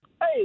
Hey